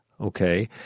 Okay